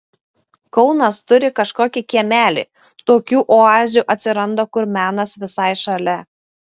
kaunas turi kažkokį kiemelį tokių oazių atsiranda kur menas visai šalia